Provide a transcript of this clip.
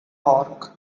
torque